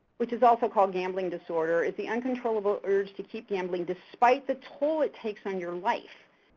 which is also called gambling disorder, is the uncontrollable urge to keep gambling despite the toll it takes on your life.